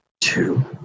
two